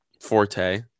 forte